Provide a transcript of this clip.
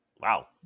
wow